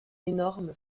énorme